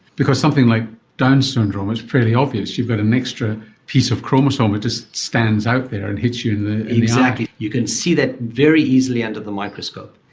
because something like down's syndrome, it's fairly obvious you've got an extra piece of chromosome, it's just stands out there and hits you in the eye. exactly, you can see that very easily under the microscope.